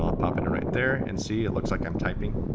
ah pop it to right there, and see, it looks like i'm typing.